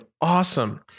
awesome